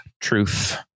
truth